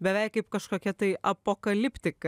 beveik kaip kažkokia tai apokaliptika